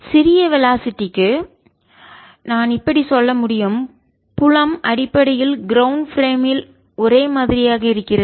சிறிய வெலாசிட்டி க்கு வேகத்திற்கு நான் சொல்ல முடியும் புலம் அடிப்படையில் க்ரௌண்ட் பிரேம் மில் தரைச் சட்டத்தில் ஒரே மாதிரியாக இருக்கிறது